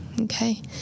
Okay